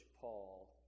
Paul